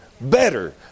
better